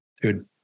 Dude